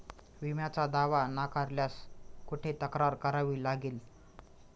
विम्याचा दावा नाकारल्यास कुठे तक्रार करावी लागेल?